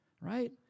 right